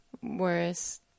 Whereas